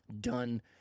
done